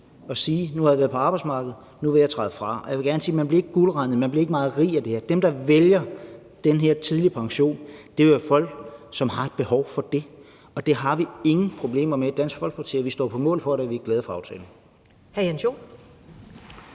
at sige: Nu har jeg været på arbejdsmarkedet, og nu vil jeg træde fra. Jeg vil gerne sige, at man ikke bliver guldrandet eller meget rig af det. Dem, der vælger den her tidlige pension, er folk, som har et behov for det. Det har vi ingen problemer med i Dansk Folkeparti, og vi står på mål for det, og vi er glade for aftalen.